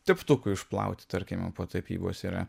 teptukui išplauti tarkime po tapybos yra